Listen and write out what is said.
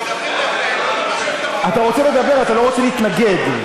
מדברים יפה, אתה רוצה לדבר, אתה לא רוצה להתנגד.